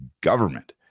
government